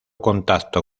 contacto